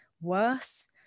worse